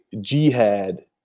jihad